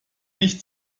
nicht